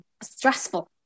stressful